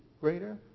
greater